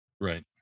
Right